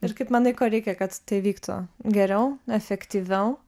ir kaip manai ko reikia kad tai vyktų geriau efektyviau